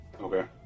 Okay